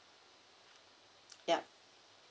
yup